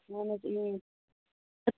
وۅنۍ واتہِ یوٗرۍ